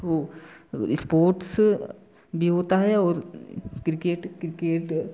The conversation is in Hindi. वह स्पोट्स भी होता है और क्रिकेट क्रिकेट